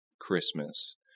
Christmas